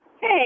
Hey